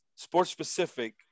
sports-specific